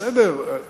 בסדר, תשמע,